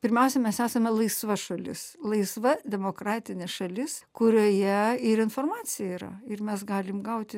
pirmiausia mes esame laisva šalis laisva demokratinė šalis kurioje ir informacija yra ir mes galim gauti